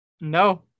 No